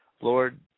Lord